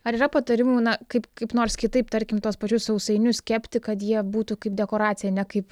ar yra patarimų na kaip kaip nors kitaip tarkim tuos pačius sausainius kepti kad jie būtų kaip dekoracija ne kaip